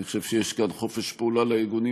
אני חושב שיש כאן חופש פעולה לארגונים